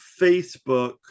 Facebook